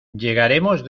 llegaremos